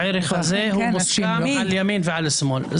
גם העובדה שמוציאים אותם זה